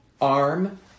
Arm